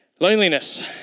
Loneliness